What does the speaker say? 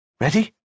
Ready